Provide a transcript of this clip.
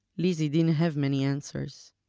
lizzie didn't have many answers.